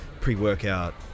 pre-workout